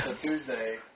Tuesday